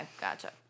gotcha